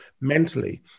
mentally